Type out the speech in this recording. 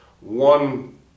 one